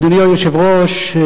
אדוני היושב-ראש,